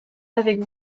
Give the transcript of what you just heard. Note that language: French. avec